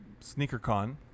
SneakerCon